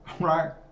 right